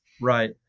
Right